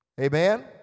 Amen